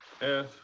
Yes